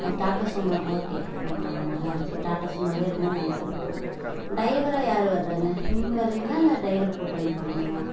tata sumo okay ஆ அது நல்லா இருக்கும் டாட்டா சுமோவே இருந்தால் நல்லா இருக்கும் டைவராக யார் வர்றாங்க நீங்கள் வர்றீங்களா இல்லை டைவரு போட்டு அனுப்புறீர்களா